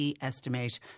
estimate